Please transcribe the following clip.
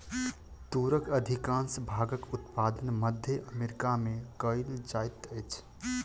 तूरक अधिकाँश भागक उत्पादन मध्य अमेरिका में कयल जाइत अछि